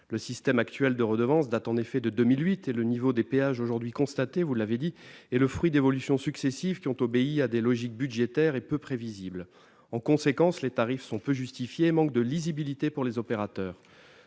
Le système actuel de redevances date de 2008 et le niveau des péages aujourd'hui constaté, vous l'avez souligné, est le fruit d'évolutions successives qui ont obéi à des logiques budgétaires et peu prévisibles. En conséquence, les tarifs sont peu justifiés et manquent de lisibilité pour les opérateurs.